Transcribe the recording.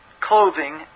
Clothing